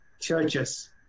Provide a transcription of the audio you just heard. churches